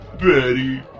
Betty